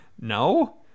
No